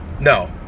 no